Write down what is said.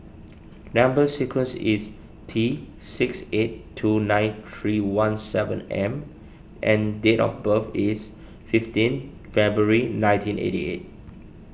Number Sequence is T six eight two nine three one seven M and date of birth is fifteen February nineteen eighty eight